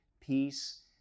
peace